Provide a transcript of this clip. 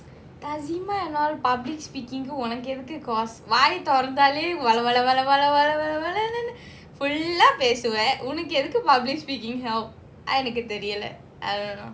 and all public speaking உனக்குஎதுக்குகாசுவாயதொறந்தாலேவளவளவளன்னு:unaku edhuku kaasu vaya thoranthale valavalanu full lah பேசுவஉனக்குஎதுக்குதெரியல:pesuva unaku edhuku theriala public speaking help தெரியல:theriala I don't know